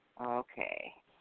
Okay